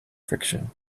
friction